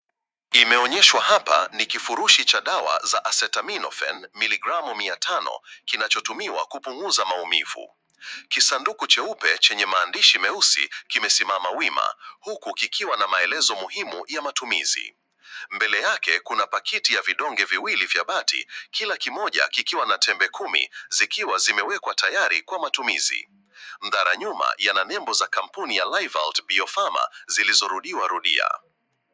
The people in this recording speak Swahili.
Imeonyeshwa hapa, ni kifurushi cha dawa za acetaminophen, miligramu 500, kinachotumiwa kupunguza maumivu. Kisanduku cheupe, chenye maandishi meusi, kimesimama wima huku kikiwa na maelezo muhimu ya matumizi. Mbele yake, kuna pakiti ya vidonge viwili vya bati, kila kimoja kikiwa na tembe kumi ,zikiwa zimewekwa tayari kwa matumizi. Mdhara nyuma yana nyimbo za kampuni ya liveout pharma zilizorudiwa rudia.